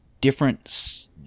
Different